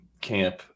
Camp